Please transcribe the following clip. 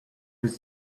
which